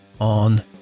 on